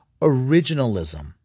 originalism